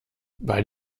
bei